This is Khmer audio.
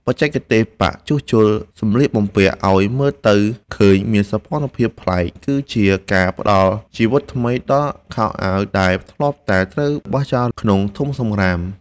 បច្ចេកទេសប៉ាក់ជួសជុលសម្លៀកបំពាក់ឱ្យមើលទៅឃើញមានសោភ័ណភាពប្លែក គឺជាការផ្ដល់ជីវិតថ្មីដល់ខោអាវដែលធ្លាប់តែត្រូវបោះចោលក្នុងធុងសំរាម។